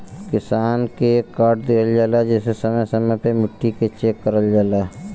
किसान के एक कार्ड दिहल जाला जेसे समय समय पे मट्टी के चेक करल जाला